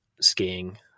skiing